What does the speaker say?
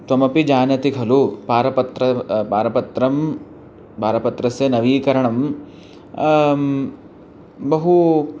त्वमपि जानसि खलु पारपत्रं पारपत्रं पारपत्रस्य नवीकरणं बहु